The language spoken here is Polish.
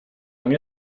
nie